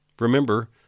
remember